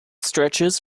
stretches